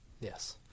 Yes